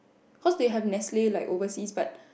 cause they have Nestle like overseas but